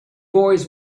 boys